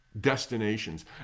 destinations